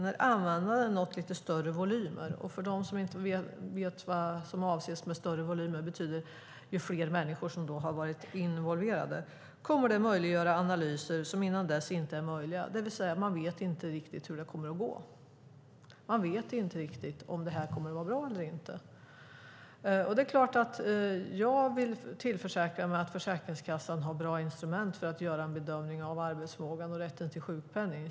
När användandet nått lite större volymer kommer det att möjliggöra analyser som innan dess inte är möjliga." Med större volymer avses att fler människor varit involverade. Man vet inte riktigt hur det kommer att gå. Man vet inte riktigt om det här kommer att vara bra eller inte. Det är klart att jag vill försäkra mig om att Försäkringskassan har bra instrument för att göra en bedömning av arbetsförmågan och rätten till sjukpenning.